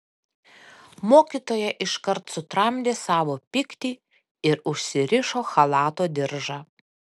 mokytoja iškart sutramdė savo pyktį ir užsirišo chalato diržą